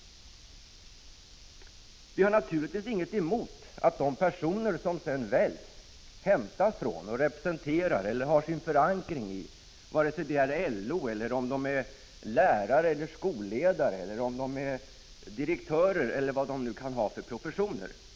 1985/86:48 Vi har naturligtvis ingenting emot att de personer som sedan väljs 10 december 1985 representerar eller har sin förankring i exempelvis LO, att de ä are, skolledare eller direktörer — eller vad de nu kan ha för profession.